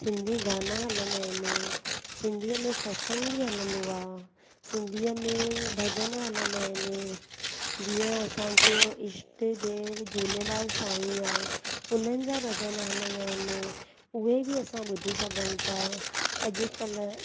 सिंधी गाना हलंदा आहिनि सिंधीअ में सतसंग बि हलंदो आहे सिंधीअ में भॼन हलंदा आहिनि जीअं असांजो ईष्ट देव झूलेलाल साईं आहे उन्हनि जा भॼन हलंदा आहिनि उहे बि असां ॿुधी सघूं था अॼुकल्ह